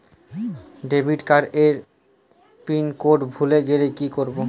Debit card এর pin code ভুলে গেলে কি করব?